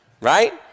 right